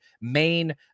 main